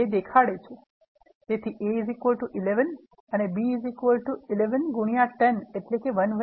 તેથી a 11 અને b 11 ગુણ્યા 10 એટલે 110 છે